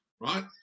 right